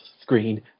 screen